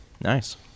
Nice